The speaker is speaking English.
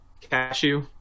cashew